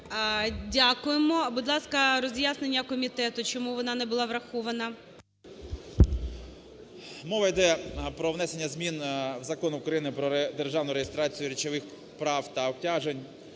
Дякуємо. Будь ласка, роз'яснення комітету, чому вона не була врахована. 10:15:24 ВІННИК І.Ю. Мова йде про внесення змін в Закон України "Про державну реєстрацію речових прав та обтяжень"